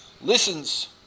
listens